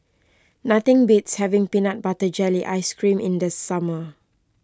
nothing beats having Peanut Butter Jelly Ice Cream in the summer